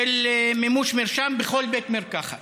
של מימוש מרשם בכל בית מרקחת.